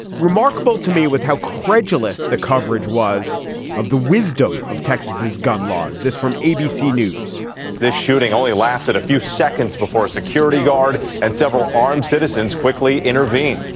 remarkable to me was how credulous the coverage was of the wisdom of texas, his gun laws. this from abc news this shooting only lasted a few seconds before a security guard and several armed citizens quickly intervened